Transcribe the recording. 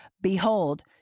behold